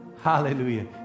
hallelujah